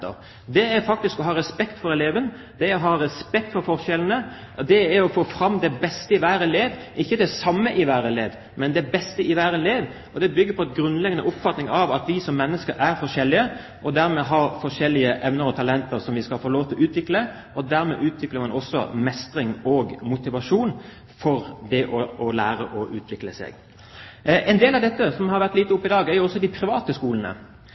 Det er faktisk å ha respekt for eleven, det er å ha respekt for forskjellene, og det er å få fram det beste i hver elev – ikke det samme i hver elev, men det beste i hver elev. Det bygger på en grunnleggende oppfatning om at vi som mennesker er forskjellige, og dermed har forskjellige evner og talenter som vi skal få lov til å utvikle. Dermed utvikler man også mestring og motivasjon for det å lære å utvikle seg. Noe av det som har vært oppe i dag, gjelder de private skolene,